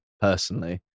personally